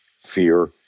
Fear